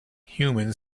human